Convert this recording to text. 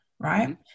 right